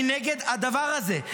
אני נגד הדבר הזה.